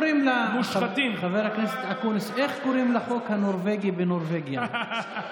חבר הכנסת, איך קוראים לחוק הנורבגי בנורבגיה?